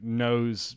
knows –